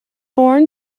born